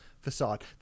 facade